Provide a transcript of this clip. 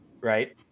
Right